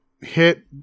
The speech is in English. hit